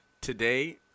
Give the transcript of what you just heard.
Today